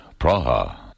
Praha